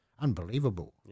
Unbelievable